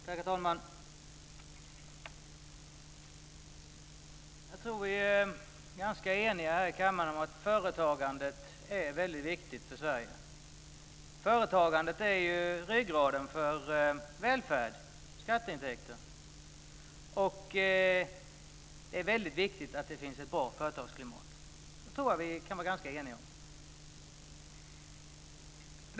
Herr talman! Jag tror att vi är ganska eniga här i kammaren om att företagandet är väldigt viktigt för Sverige. Företagandet är ryggraden för välfärden och skatteintäkterna. Det är väldigt viktigt att det finns ett bra företagsklimat. Jag tror att vi kan vara ganska eniga om det.